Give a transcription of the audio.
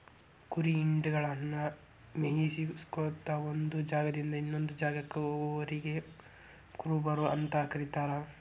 ಕುರಿ ಹಿಂಡಗಳನ್ನ ಮೇಯಿಸ್ಕೊತ ಒಂದ್ ಜಾಗದಿಂದ ಇನ್ನೊಂದ್ ಜಾಗಕ್ಕ ಹೋಗೋರಿಗೆ ಕುರುಬರು ಅಂತ ಕರೇತಾರ